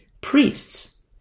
priests